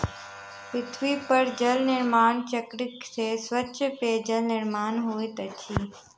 पृथ्वी पर जल निर्माण चक्र से स्वच्छ पेयजलक निर्माण होइत अछि